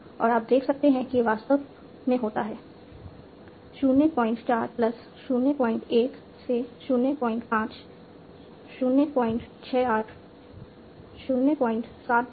और आप देख सकते हैं कि यह वास्तव में होता है 04 प्लस 01 05 068 072 09 और 1